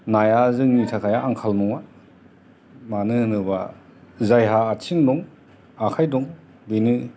नाया जोंनि थाखाय आंखाल नङा मानो होनोब्ला जायहा आथिं दं आखाय दं बेनो